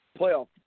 playoff